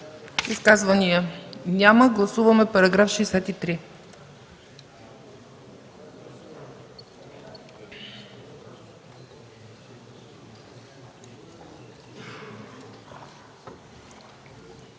Изказвания? Няма. Гласуваме параграфи